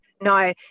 no